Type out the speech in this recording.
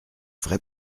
vrai